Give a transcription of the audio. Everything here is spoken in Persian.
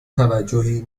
توجهی